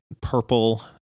purple